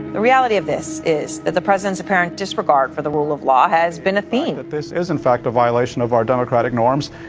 the reality of this is that the president's apparent disregard for the rule of law has been a theme. but this is in fact a violation of our democratic norms,